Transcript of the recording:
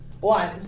One